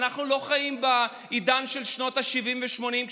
אנחנו לא חיים בעידן של שנות השבעים והשמונים,